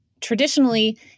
Traditionally